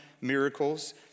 miracles